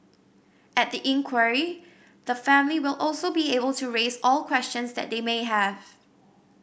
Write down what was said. at the inquiry the family will also be able to raise all questions that they may have